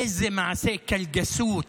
איזה מעשה קלגסות,